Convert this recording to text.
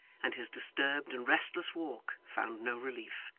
and his disturbed and restless walk found no relief.